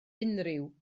unrhyw